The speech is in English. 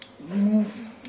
Move